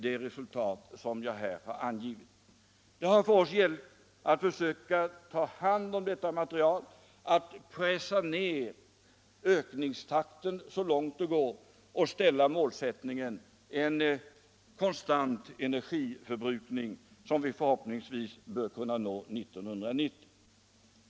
Det har för oss gällt att försöka ta hand om detta material, att pressa ner ökningstakten så långt det går och hävda målsättningen en konstant energiförbrukning, som vi förhoppningsvis bör kunna nå 1990.